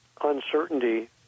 uncertainty